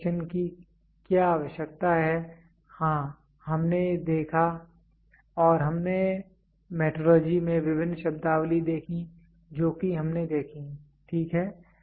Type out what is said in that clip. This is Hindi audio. इंस्पेक्शन की क्या आवश्यकता है हाँ हमने देखा और हमने मेट्रोलॉजी में विभिन्न शब्दावली देखीं जो कि हमने देखी ठीक है